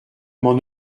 m’en